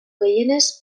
gehienez